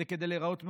זה כדי להראות מאוזן,